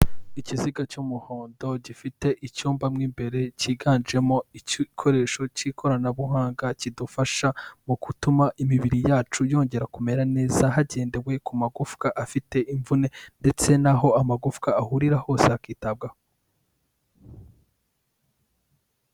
Ikiziga cy'umuhondo gifite icyumba mu imbere kiganjemo igikoresho k'ikoranabuhanga, kidufasha mu gutuma imibiri yacu yongera kumera neza, hagendewe ku magufwa afite imvune ndetse n'aho amagufwa ahurira hose hakitabwaho.